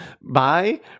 bye